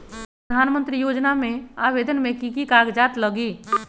प्रधानमंत्री योजना में आवेदन मे की की कागज़ात लगी?